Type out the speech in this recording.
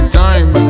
time